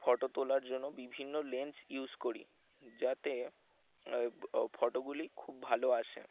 photo তোলার জন্য বিভিন্ন লেন্স ইউজ করি যাতে ওই ফটোগুলি খুব ভালো আসে